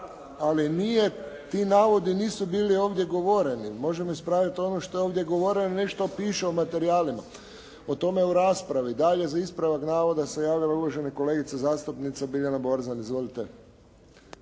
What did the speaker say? Ali nije, ti navodi nisu bili ovdje govoreni. Možemo ispraviti ono što je ovdje govoreno, ne što piše u materijalima. O tome u raspravi. Dalje za ispravak navoda se javila uvažena kolegica zastupnica Biljana Borzan. Izvolite.